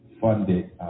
funded